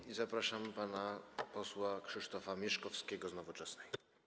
I zapraszam pana posła Krzysztofa Mieszkowskiego z Nowoczesnej.